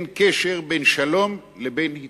אין קשר בין שלום לבין התנחלויות.